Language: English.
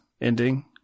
ending